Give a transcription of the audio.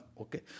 okay